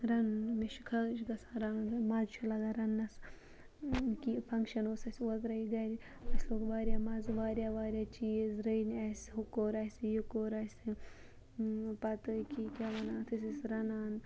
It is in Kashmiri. رَنُن مےٚ چھُ خۄش گَژھان رَنُن مَزٕ چھُ لَگان رَننَس اکیاہ یہِ فَنٛگشَن اوس اَسہِ اوترٕ گَرِ اَسہِ لوٚگ واریاہ مَزٕ واریاہ واریاہ چیٖز رٔنۍ اَسہِ ہہُ کوٚر اَسہِ یہِ کوٚر اَسہِ پَتہٕ یکیاہ یہٕ کیاہ وَنان اَتھ أسۍ ٲسۍ رَنان